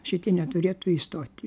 šitie neturėtų įstot